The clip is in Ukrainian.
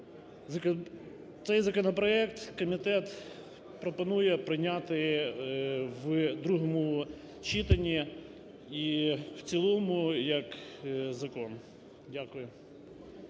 Цей законопроект комітет пропонує прийняти у другому читанні і в цілому як закон. Дякую.